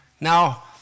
Now